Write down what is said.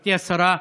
גברתי השרה,